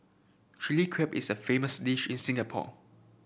Chilli Crab is a famous dish in Singapore